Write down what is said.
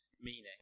meaning